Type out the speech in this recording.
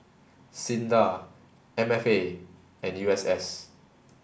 SINDA M F A and U S S